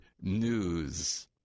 news